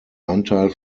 anteil